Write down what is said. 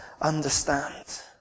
understand